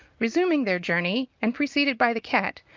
resuming their journey, and preceded by the cat,